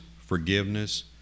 forgiveness